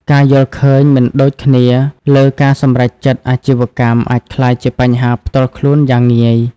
ការយល់ឃើញមិនដូចគ្នាលើការសម្រេចចិត្តអាជីវកម្ម អាចក្លាយជាបញ្ហាផ្ទាល់ខ្លួនយ៉ាងងាយ។